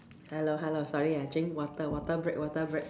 hello hello sorry I drink water water break water break